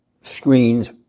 screens